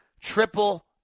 triple